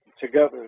together